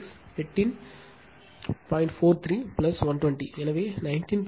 43 120 எனவே 19